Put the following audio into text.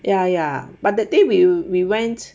ya ya but that day we we went